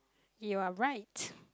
you are right